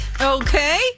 okay